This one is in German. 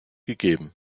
gegeben